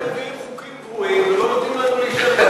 אתם מביאים חוקים גרועים ולא נותנים לנו להשתתף.